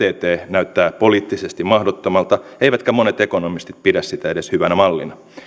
näyttää poliittisesti mahdottomalta eivätkä monet ekonomistit pidä sitä edes hyvänä mallina